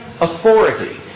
authority